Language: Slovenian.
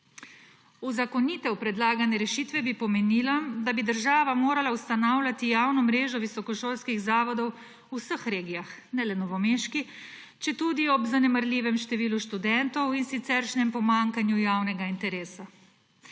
Uzakonitev predlagane rešitve bi pomenila, da bi država morala ustanavljati javno mrežo visokošolskih zavodov v vseh regijah, ne le novomeški, četudi ob zanemarljivem številu študentov in siceršnjem pomanjkanju javnega interesa.